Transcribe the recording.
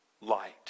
light